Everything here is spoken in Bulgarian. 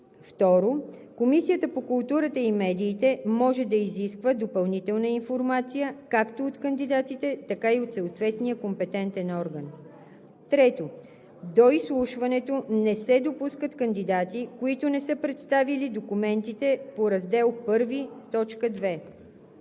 2. Комисията по културата и медиите може да изисква допълнителна информация, както от кандидатите, така и от съответния компетентен орган. 3. До изслушването не се допускат кандидати, които не са представили документите по Раздел І,